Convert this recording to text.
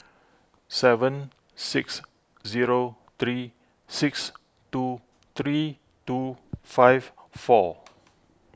seven six zero three six two three two five four